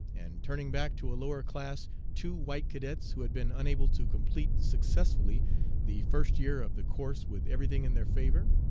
and turning back to a lower class two white cadets who had been unable to complete successfully the first year of the course with everything in their favor,